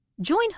Join